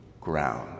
ground